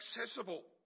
accessible